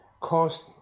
cost